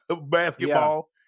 basketball